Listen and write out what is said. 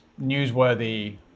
newsworthy